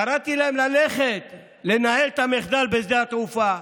קראתי להם ללכת ולנהל את המחדל בשדה התעופה,